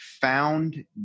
found